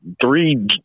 three